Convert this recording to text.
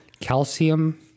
calcium